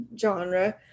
genre